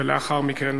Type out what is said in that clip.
ולאחר מכן